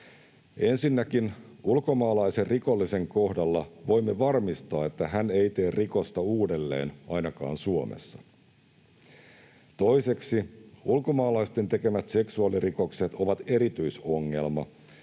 Ensinnäkin ulkomaalaisen rikollisen kohdalla voimme varmistaa, että hän ei tee rikosta uudelleen ainakaan Suomessa. Toiseksi ulkomaalaisten tekemät seksuaalirikokset ovat erityisongelma,